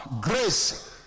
grace